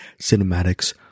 Cinematics